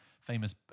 famous